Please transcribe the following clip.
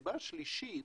הסיבה השלישית,